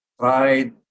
tried